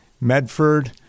Medford